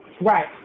Right